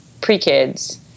pre-kids